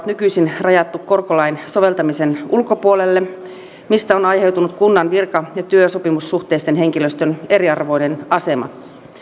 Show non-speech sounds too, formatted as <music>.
<unintelligible> nykyisin rajattu korkolain soveltamisen ulkopuolelle mistä on aiheutunut kunnan virka ja työsopimussuhteisen henkilöstön eriarvoinen asema